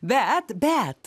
bet bet